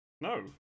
No